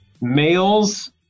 males